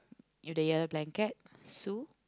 in the year blanket Sue